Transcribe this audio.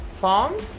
forms